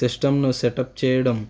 సిస్టంను సెటప్ చేయడం